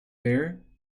there